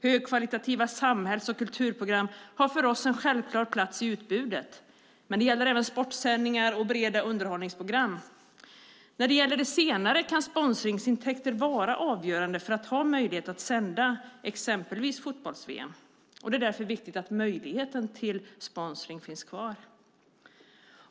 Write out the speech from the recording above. Högkvalitativa samhälls och kulturprogram har för oss en självklar plats i utbudet, men det gäller även sportsändningar och breda underhållningsprogram. När det gäller det senare kan sponsringsintäkter vara avgörande för att ha möjlighet att sända exempelvis fotbolls-VM. Det är därför viktigt att möjligheten till sponsring finns kvar.